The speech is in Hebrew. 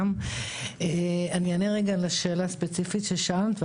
אני אענה רגע לשאלה הספציפית ששאלת,